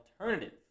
alternative